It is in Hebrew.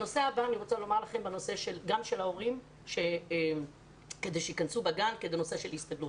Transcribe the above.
הנושא הבא הוא הנושא של כניסת ההורים לגן כי מדובר בהסתגלות.